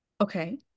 Okay